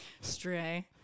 Stray